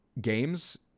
games